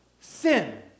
sin